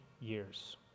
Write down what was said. years